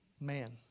Man